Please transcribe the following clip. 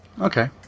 Okay